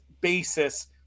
basis